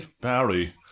Barry